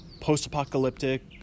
post-apocalyptic